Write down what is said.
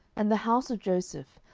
and the house of joseph,